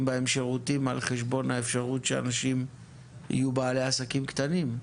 שירותים על חשבון האפשרות שאנשים יהיו בעלי עסקים קטנים,